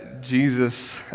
Jesus